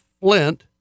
Flint